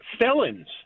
felons